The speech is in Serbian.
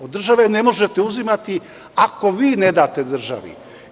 Od države ne možete uzimati ako vi ne date državi.